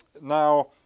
now